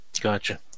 Gotcha